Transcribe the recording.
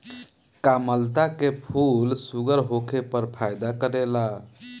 कामलता के फूल शुगर होखे पर फायदा करेला